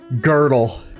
girdle